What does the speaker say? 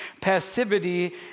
passivity